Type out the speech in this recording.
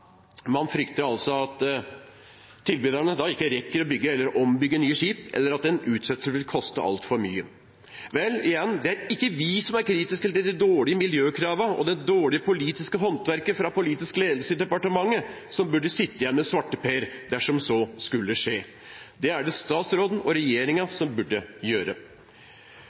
Man frykter at tilbyderne ikke rekker å bygge eller ombygge nye skip, eller at en utsettelse vil koste altfor mye. Vel, igjen: Det er ikke vi som er kritiske til de dårlige miljøkravene og det dårlige politiske håndverket fra politisk ledelse i departementet, som burde sitte igjen med svarteper dersom så skulle skje, det er det statsråden og regjeringen som burde gjøre.